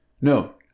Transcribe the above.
No